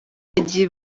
agiye